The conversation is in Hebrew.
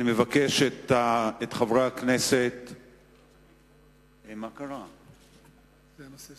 חבר הכנסת כץ, חבר הכנסת